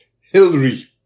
Hillary